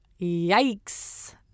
Yikes